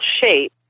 shape